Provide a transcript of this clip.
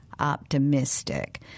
optimistic